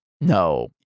no